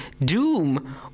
Doom